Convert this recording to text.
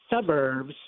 suburbs